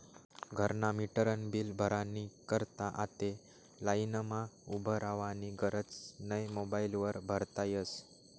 घरना मीटरनं बील भरानी करता आते लाईनमा उभं रावानी गरज नै मोबाईल वर भरता यस